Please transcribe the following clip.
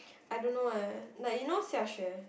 I don't know eh like you know xiaxue